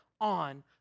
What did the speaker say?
on